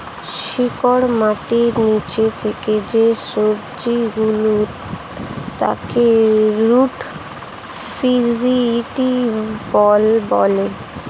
শিকড় মাটির নিচে থাকে যেই সবজি গুলোর তাকে রুট ভেজিটেবল বলে